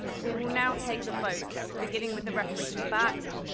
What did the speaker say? um we will now take the votes beginning with the references back.